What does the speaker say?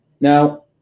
Now